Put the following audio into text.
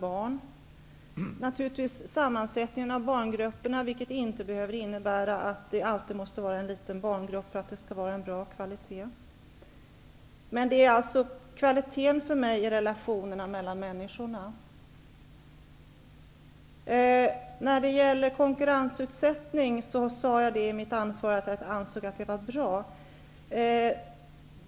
Det gäller naturligtvis också sammansättningen i barngrupperna, vilket inte behöver innebära att det alltid skall vara en liten barngrupp för att det skall vara fråga om bra kvalitet. Kvalitet för mig är relationen mellan människorna. Jag sade i mitt anförande att jag anser att det är bra att utsätta barnomsorgen för konkurrens.